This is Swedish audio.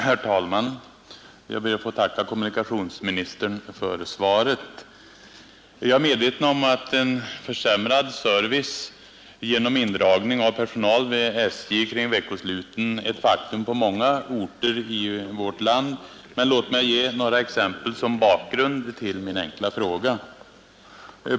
Herr talman! Jag ber att få tacka kommunikationsministern för svaret. Jag är medveten om att en försämrad service genom indragning av personal vid SJ kring veckosluten är ett faktum på många orter i vårt land. Men låt mig ge några exempel som bakgrund till min enkla fråga.